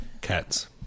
Cats